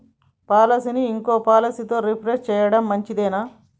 పాలసీని ఇంకో పాలసీతో రీప్లేస్ చేయడం మంచిదేనా?